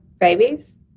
babies